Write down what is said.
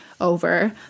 over